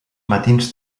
matins